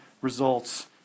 results